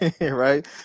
right